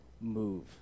move